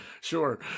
Sure